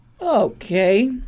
Okay